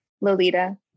Lolita